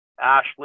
Ashley